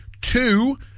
two